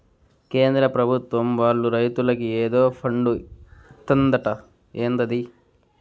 కేంద్ర పెభుత్వం వాళ్ళు రైతులకి ఏదో ఫండు ఇత్తందట ఏందది